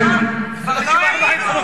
כבר לא היינו,